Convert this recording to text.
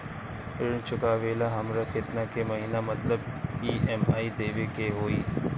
ऋण चुकावेला हमरा केतना के महीना मतलब ई.एम.आई देवे के होई?